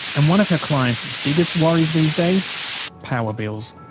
and one of her clients' biggest worries these days power bills.